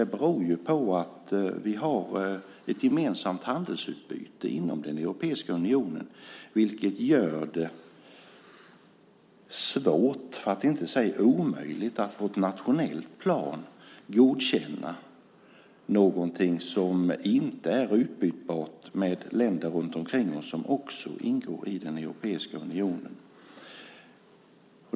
Det beror på att vi har ett gemensamt handelsutbyte inom Europeiska unionen, vilket gör det svårt för att inte säga omöjligt att på ett nationellt plan godkänna något som inte är utbytbart med länder runtomkring oss som också ingår i Europeiska unionen.